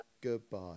goodbye